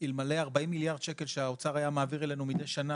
אלמלא 40 מיליארד שקל שהאוצר היה מעביר אלינו מידי שנה,